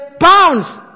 pounds